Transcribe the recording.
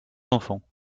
enfants